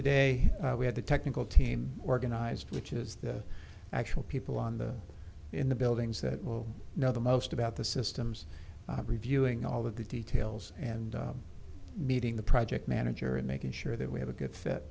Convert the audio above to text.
today we have the technical team organized which is the actual people on the in the buildings that will know the most about the systems reviewing all of the details and meeting the project manager and making sure that we have a good fit